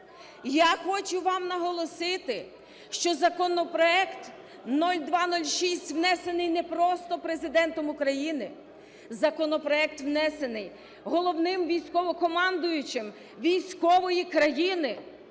Я хочу вам наголосити, що законопроект 0206 внесений не просто Президентом України, законопроект внесений Головним Військовокомандувачем військової країни,